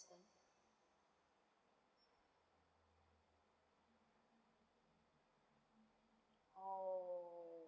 assistance